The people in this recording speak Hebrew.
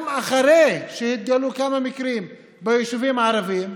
גם אחרי שהתגלו כמה מקרים ביישובים הערביים,